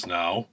now